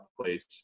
place